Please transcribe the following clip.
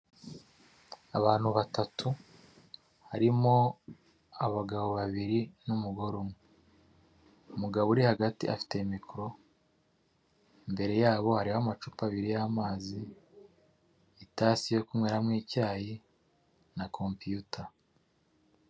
Abantu batatu harimo abagabo babiri n'umugore umwe umugabo uri hagati afite mikoro, imbere yabo hariho amacupa abiri y'amazi itasi yo kunyweramo icyayi na kompuyuta.